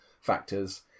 factors